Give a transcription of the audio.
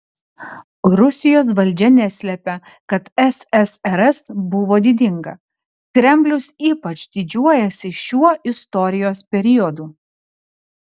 rusijos valdžia neslepia kad ssrs buvo didinga kremlius ypač didžiuojasi šiuo istorijos periodu